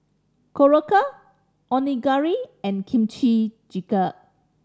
Korokke Onigiri and Kimchi Jjigae